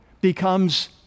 becomes